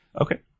Okay